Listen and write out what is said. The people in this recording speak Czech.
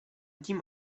tím